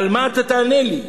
על מה אתה תענה לי?